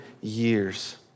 years